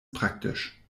praktisch